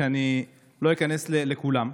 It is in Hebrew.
לא איכנס לכולם.